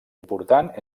important